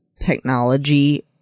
technology